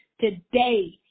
today